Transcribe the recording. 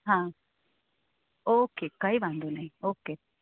હા ઓકે કઈ વાંધો નહીં ઓકે